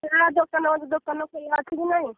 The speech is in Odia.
ଖୋଲା ଦୋକାନ ଦୋକାନ ଖୋଲା ଅଛି କି ନାହିଁ